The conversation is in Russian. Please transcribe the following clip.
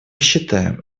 считаем